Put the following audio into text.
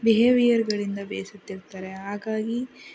ಬಿಹೇವಿಯರ್ಗಳಿಂದ ಬೇಸತ್ತಿರ್ತಾರೆ ಹಾಗಾಗಿ